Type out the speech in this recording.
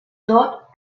tot